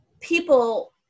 people